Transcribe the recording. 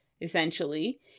Essentially